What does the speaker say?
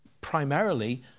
primarily